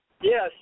Yes